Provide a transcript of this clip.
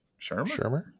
Shermer